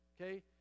okay